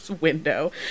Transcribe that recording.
window